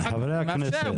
חברי הכנסת.